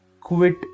quit